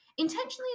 intentionally